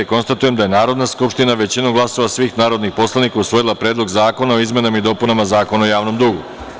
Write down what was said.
Konstatujem da je Narodna skupština većinom glasova svih narodnih poslanika usvojila Predlog zakona o izmenama i dopunama Zakona o javnom dugu.